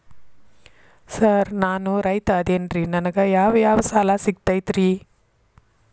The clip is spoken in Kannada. ಸರ್ ನಾನು ರೈತ ಅದೆನ್ರಿ ನನಗ ಯಾವ್ ಯಾವ್ ಸಾಲಾ ಸಿಗ್ತೈತ್ರಿ?